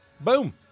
Boom